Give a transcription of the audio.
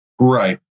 Right